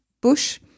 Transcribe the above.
bush